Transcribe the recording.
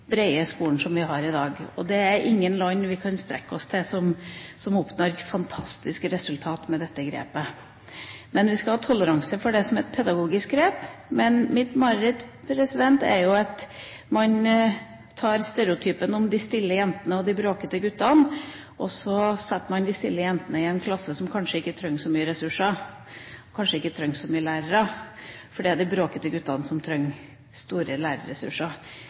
brede skolen vi har i dag. Det er ikke noe land vi kan strekke oss etter som har oppnådd fantastiske resultater med dette grepet. Men vi skal ha toleranse for det som er et pedagogisk grep. Mitt mareritt er at man ser på stereotypene; de stille jentene og de bråkete guttene, og så setter man de stille jentene i en klasse som kanskje ikke trenger så mange ressurser, kanskje ikke trenger så mange lærere, fordi det er de bråkete guttene som trenger store lærerressurser.